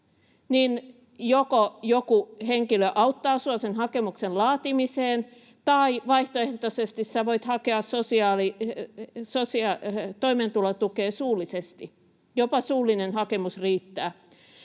joku henkilö auttaa sinua sen hakemuksen laatimisessa tai vaihtoehtoisesti sinä voit hakea toimeentulotukea suullisesti — jopa suullinen hakemus riittää.